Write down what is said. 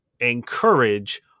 encourage